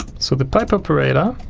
so the pipe operator